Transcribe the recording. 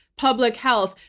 public health,